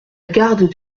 garde